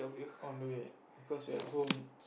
on the way because you're at home